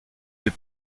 des